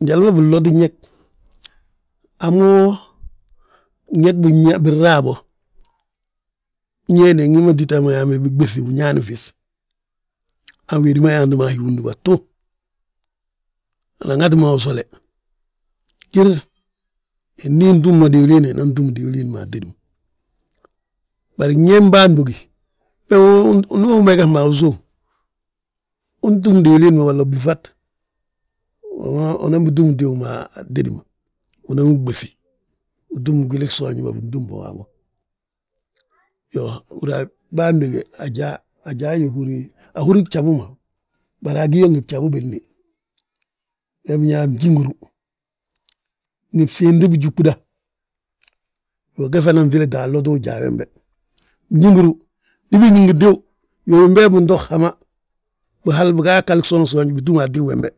Njali ma binloti ñég, ha mo gñég binraa bo, ñe de ingi ma yaa mo biɓéŧi uñaani fis. Han wédi ma yaanti ma a hi undúbatu, han aŋati mo usole. Jel ndi untúm mo diwliin, inan túm diwiliin ma atédi ma. Bari gñég bân bógi, bege ndu umeges ma usów, untúm diwiliin walla blúfat, unan bitúm tíw ma atédi ma, unan wi ɓéŧi, utúm gwili gsoonj bintúm bo waabo. Iyoo, uhúra bân bége ajaa, ajaa yo húri gja, ahúri gjabu ma, bari agí yo ngi bjabu billi. Be binyaa njínguru, ngi siimtibijuɓuda. Iyoo, ge fana nŧilite a lotti ujaa wembe, njinguru, ndi bigí ngi tíw, yóyi be binto hama, bihal, biga yaa ghali gsoon soonj bitúm a tíw wembe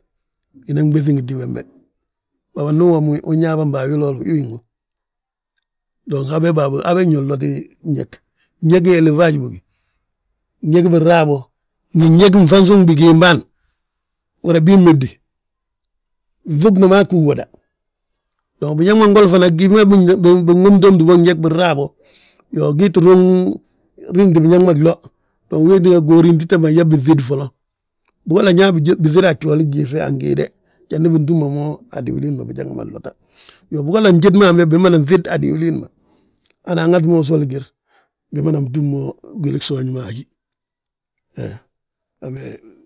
wi nan ɓéŧi ngi tíw wembe. Baba ndu uwomi wi unyaa ba wiloolo wi mba win wo. dong habe bâbe, habe ño loti, gñég, ñégi elefas bógi, ñégi biraa bo, ngi ñég fansuŋ bigiim bâan. Uhúra bii mmébde, nŧubni maa ggí uwoda, dong biñaŋ ngoli fana gyíŧi ma binwomti womti bo, gñég binraa bo, gii tti ruŋ riŋdi biñaŋ ma glo. Dong wee tínga goori, tita ma yaa biŧéd foloŋ, bigolla nyaa ma biŧéda a gjoole gyiife an giide jandi bintúm ma mo a diwiliin ma bijanga ma lota. Iyoo, bigolla njéd ma habe, biman ŧéd a diwiliin ma, hana aŋati ma usoli gir, binan ma bitúm mo gwili gsoonji a hí he habe wi.